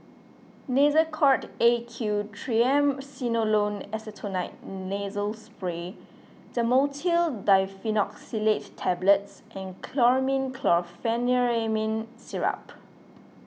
Nasacort A Q Triamcinolone Acetonide Nasal Spray Dhamotil Diphenoxylate Tablets and Chlormine Chlorpheniramine Syrup